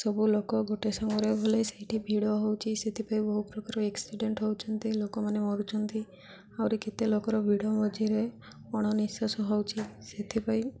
ସବୁ ଲୋକ ଗୋଟେ ସମୟରେ ଗଲେ ସେଇଠି ଭିଡ଼ ହେଉଛି ସେଥିପାଇଁ ବହୁପ୍ରକାର ଏକ୍ସିଡେଣ୍ଟ ହେଉଛନ୍ତି ଲୋକମାନେ ମରୁଛନ୍ତି ଆହୁରି କେତେ ଲୋକର ଭିଡ଼ ମଝିରେ ଅଣନିଶ୍ୱାସ ହେଉଛି ସେଥିପାଇଁ